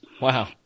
Wow